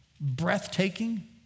Breathtaking